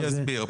אני אסביר.